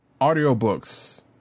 audiobooks